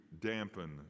dampen